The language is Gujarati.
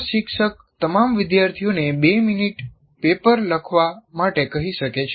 પ્રશિક્ષક તમામ વિદ્યાર્થીઓને 2 મિનિટ પેપર લખવા માટે કહી શકે છે